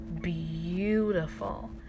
beautiful